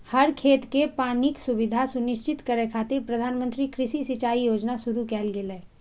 हर खेत कें पानिक सुविधा सुनिश्चित करै खातिर प्रधानमंत्री कृषि सिंचाइ योजना शुरू कैल गेलै